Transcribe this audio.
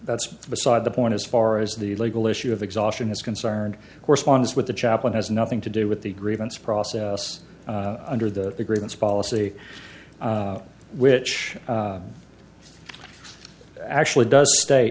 that's beside the point as far as the legal issue of exhaustion is concerned corresponds with the chaplain has nothing to do with the grievance process under the agreements policy which actually does state